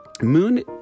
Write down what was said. Moon